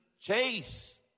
chase